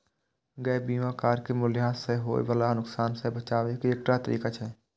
gap बीमा car के मूल्यह्रास सं होय बला नुकसान सं बचाबै के एकटा तरीका छियै